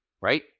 right